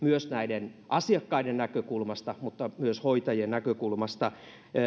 paitsi asiakkaiden näkökulmasta myös hoitajien näkökulmasta